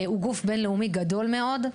הוא גוף בינלאומי גדול מאוד.